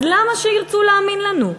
אז למה שירצו להאמין לנו?